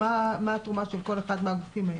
מה התרומה של כל אחד מהגופים האלה?